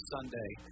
Sunday